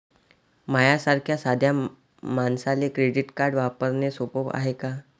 माह्या सारख्या साध्या मानसाले क्रेडिट कार्ड वापरने सोपं हाय का?